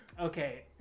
Okay